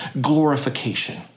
glorification